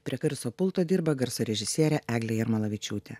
prie garso pulto dirba garso režisierė eglė jarmalavičiūtė